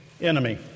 enemy